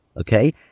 Okay